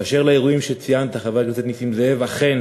באשר לאירועים שציינת, חבר הכנסת נסים זאב, אכן